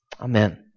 Amen